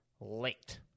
late